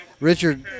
Richard